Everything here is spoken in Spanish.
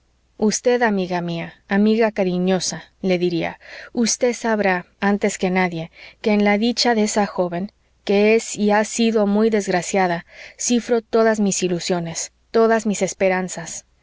usted amiga mía amiga cariñosa le diría usted sabrá antes que nadie que en la dicha de esa joven que es y ha sido muy desgraciada cifro todas mis ilusiones todas mis esperanzas